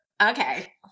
okay